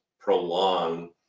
prolong